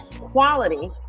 quality